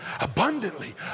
abundantly